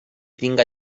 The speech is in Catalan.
tinga